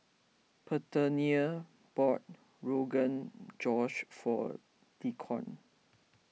Parthenia bought Rogan Josh for Deacon